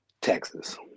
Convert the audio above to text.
Texas